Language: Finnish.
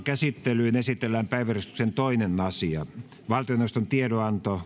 käsittelyyn esitellään päiväjärjestyksen toinen asia valtioneuvoston tiedonanto